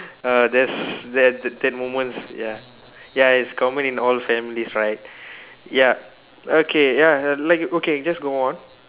err there's there that moments ya ya it's common in all families right ya okay ya uh like okay just go on